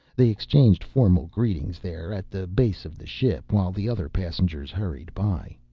they exchanged formal greetings there at the base of the ship, while the other passengers hurried by.